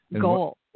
goal